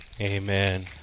Amen